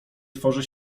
tworzy